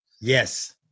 Yes